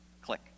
Click